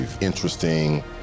interesting